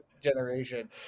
generation